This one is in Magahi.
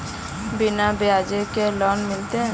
बिना ब्याज के लोन मिलते?